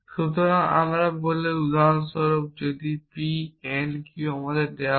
সুতরাং আমরা বলি উদাহরণস্বরূপ যদি p n q আমাদের দেওয়া হয়